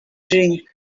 drink